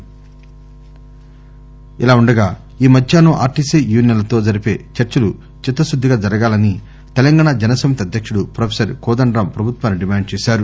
ఇది ఇలా ఉండగా ఈ మధ్యాహ్నం ఆర్టీసీ యూనియన్లతో జరిపే చర్చలు చిత్తకుద్దిగా జరగాలని తెలంగాణ జన సమితి అధ్యక్షుడు ప్రొఫెసర్ కోదండరామ్ ప్రభుత్వాన్ని డిమాండ్ చేశారు